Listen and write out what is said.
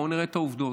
בוא נראה את העובדות.